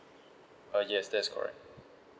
uh yes that's correct